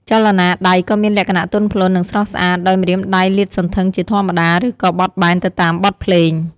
ចលនាដៃក៏មានលក្ខណៈទន់ភ្លន់ និងស្រស់ស្អាត ដោយម្រាមដៃលាតសន្ធឹងជាធម្មតា ឬក៏បត់បែនទៅតាមបទភ្លេង។